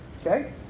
Okay